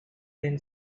then